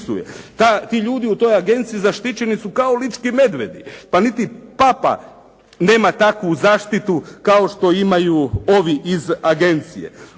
Ti ljudi u toj agenciji zaštićeni su kao lički medvjedi. Pa niti Papa nema takvu zaštitu kao što imaju ovi iz agencije.